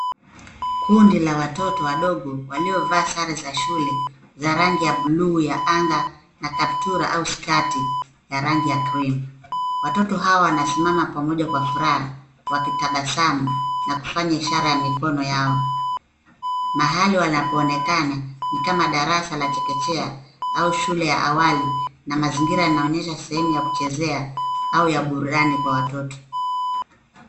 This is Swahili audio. Kundi la watoto wadogo waliovaa sure za shule za rangi ya bluu ya anga na kaptura au sketi ya rangi ya krimu, watoto hawa wanasimama pamoja kwa furaha wakitabasamu na kufanya ishara ya mikono yao, mahali wanapoonekana nikama darasa la chekechea au shule ya awali na mazingira inaonyesha sehemu ya kuchezea au ya burudani kwa watoto